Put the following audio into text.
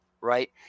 right